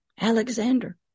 Alexander